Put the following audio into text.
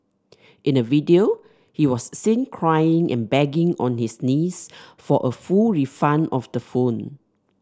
in a video he was seen crying and begging on his knees for a full refund of the phone